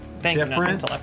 different